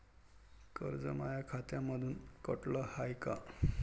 कर्ज माया खात्यामंधून कटलं हाय का?